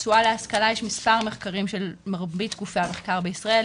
תשואה להשכלה יש מספר מחקרים של מרבית גופי המחקר בישראל,